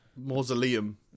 Mausoleum